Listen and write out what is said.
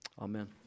amen